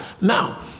Now